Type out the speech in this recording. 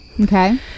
Okay